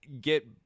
get